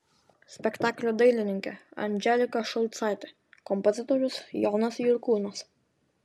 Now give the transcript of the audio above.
spektaklio dailininkė andželika šulcaitė kompozitorius jonas jurkūnas